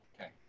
Okay